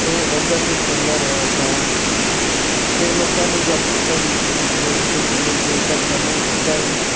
ਅਤੇ ਇੱਦਾਂ ਹੀ ਚੱਲਦਾ ਰਿਹਾ ਤਾਂ ਅਤੇ ਲੋਕਾਂ ਨੂੰ ਜਾਗਰੂਕਤਾ ਵੀ ਦ ਦੇਣੀ ਚਾਹੀਦੀ ਹੈ ਜੇਕਰ ਸਾਨੂੰ ਇੱਦਾਂ ਹੀ